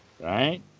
Right